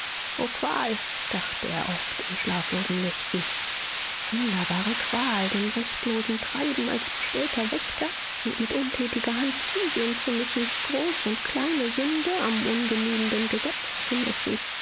dachte er oft in schlaflosen nächten sonderbare qual dem rechtlosen treiben als bestellter wächter und mit untätiger hand zusehen zu müssen groß und kleine sünde am ungenügenden gesetz zu messen